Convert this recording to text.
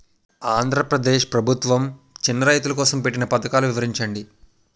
ఆంధ్రప్రదేశ్ ప్రభుత్వ చిన్నా రైతుల కోసం పెట్టిన పథకాలు వివరించండి?